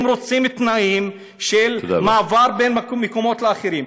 הם רוצים תנאים של מעבר בין מקומות, לאחרים,